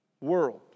world